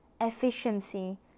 efficiency